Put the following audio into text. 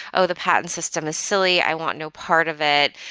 oh, the patent system is silly. i want no part of it.